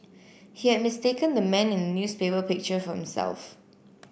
he had mistaken the man in newspaper picture for himself